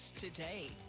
today